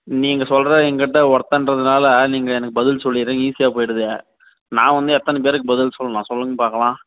நீங்கள் சொல்கிற எங்கிட்ட ஒருத்தன்றதால் நீங்கள் எனக்கு பதில் சொல்லிடுறிங்க ஈஸியாக போயிடுது நான் வந்து எத்தனை பேருக்கு பதில் சொல்லணும் சொல்லுங்க பார்க்கலாம்